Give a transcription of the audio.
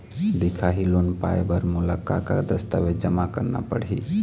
दिखाही लोन पाए बर मोला का का दस्तावेज जमा करना पड़ही?